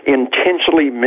intentionally